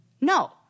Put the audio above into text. no